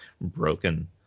broken